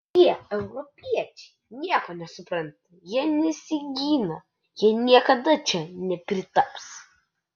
tie europiečiai nieko nesupranta jie nesigina jie niekada čia nepritaps